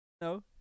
No